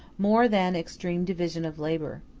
more than extreme division of labor.